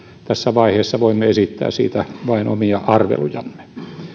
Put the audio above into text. tässä vaiheessa voimme esittää siitä vain omia arvelujamme